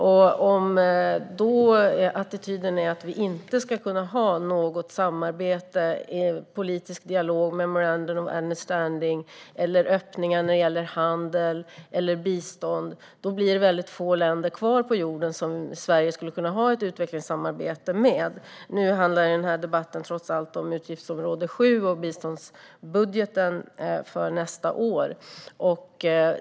Det blir väldigt få länder kvar på jorden som Sverige skulle kunna ha ett utvecklingssamarbete med om attityden mot sådana länder är att vi inte ska kunna ha några former av samarbete, politisk dialog, memorandum of understanding eller öppningar när det gäller handel eller bistånd. Nu handlar ju den här debatten trots allt om utgiftsområde 7 och biståndsbudgeten för nästa år.